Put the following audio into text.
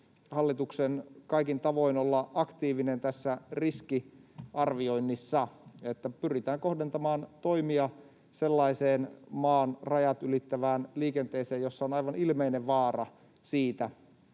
pitänyt kaikin tavoin olla aktiivinen tässä riskiarvioinnissa, että pyritään kohdentamaan toimia sellaiseen maan rajat ylittävään liikenteeseen, jossa on aivan ilmeinen vaara siitä,